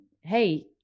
Hey